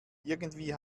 irgendwie